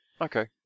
Okay